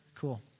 Cool